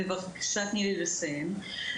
בבקשה, תני לי לסיים.